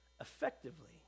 effectively